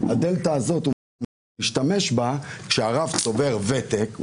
בדלתא הזאת כשהרב צובר ותק.